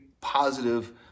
positive